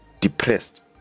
depressed